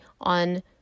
on